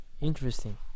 Interesting